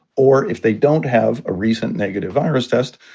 or if they don't have a recent negative virus test,